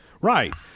Right